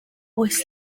oes